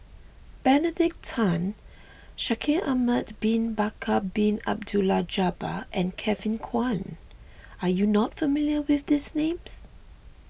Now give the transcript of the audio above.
Benedict Tan Shaikh Ahmad Bin Bakar Bin Abdullah Jabbar and Kevin Kwan are you not familiar with these names